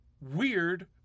Weird